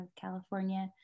California